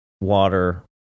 water